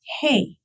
Hey